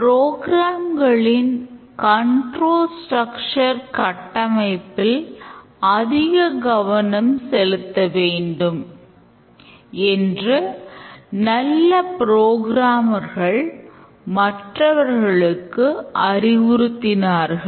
புரோகிராம்களின் மற்றவர்களுக்கு அறிவுறுத்தினார்கள்